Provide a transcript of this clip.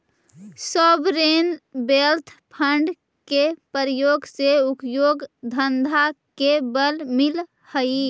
sovereign wealth fund के प्रयोग से उद्योग धंधा के बल मिलऽ हई